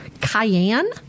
Cayenne